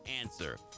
answer